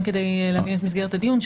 כדי להבין את מסגרת הדיון,